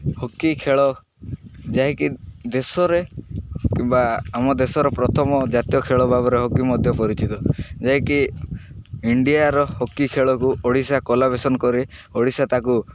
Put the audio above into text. hockey ଖେଳ ଯାଇକି ଦେଶରେ କିମ୍ବା ଆମ ଦେଶର ପ୍ରଥମ ଜାତୀୟ ଖେଳ ଭାବରେ ହକି ମଧ୍ୟ ପରିଚିତ ଯାଇକି ଇଣ୍ଡିଆର ହକି ଖେଳକୁ ଓଡ଼ିଶା କରି ଓଡ଼ିଶା ତାକୁ